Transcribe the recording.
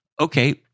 okay